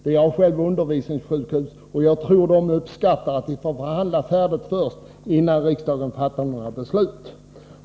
Man har där undervisningssjukhus, och jag tror att man skulle uppskatta att få förhandla färdigt innan riksdagen fattar några beslut.